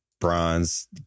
bronze